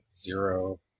zero